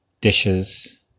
dishes